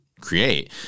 create